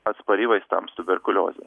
atspari vaistams tuberkuliozė